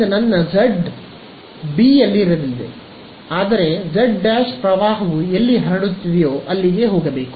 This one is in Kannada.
ಆದ್ದರಿಂದ ನನ್ನ z ಡ್ B ಯಲ್ಲಿರಲಿದೆ ಆದರೆ z ' ಪ್ರವಾಹವು ಎಲ್ಲಿ ಹರಡುತ್ತಿದೆಯೋ ಅಲ್ಲಿ ಹೋಗಬೇಕು